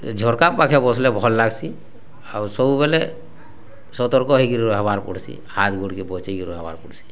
ଝର୍କା ପାଖେ ବସିଲେ ଭଲ ଲାଗ୍ସି ଆଉ ସବୁବେଳେ ସତ୍ତର୍କ ହେଇକିରି ରହେବାର୍ ପଡ଼ୁଛି ହାତ ଯୋଡ଼ିକିରି ବସବାର୍ ପଡ଼ୁଛି